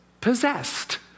Possessed